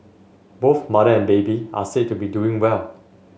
both mother and baby are said to be doing well